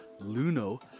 Luno